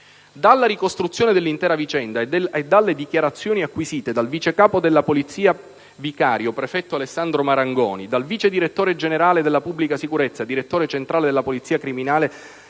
Dalla ricostruzione dell'intera vicenda e dalle dichiarazioni acquisite dal vice capo della polizia vicario prefetto Alessandro Marangoni, dal vice direttore generale della Pubblica sicurezza e direttore centrale della Polizia criminale